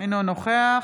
אינו נוכח